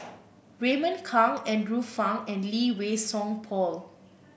Raymond Kang Andrew Phang and Lee Wei Song Paul